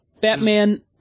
Batman